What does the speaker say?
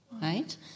right